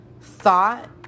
thought